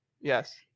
yes